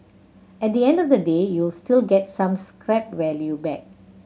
at the end of the day you'll still get some scrap value back